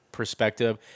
perspective